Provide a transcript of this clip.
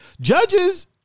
Judges